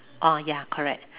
oh ya correct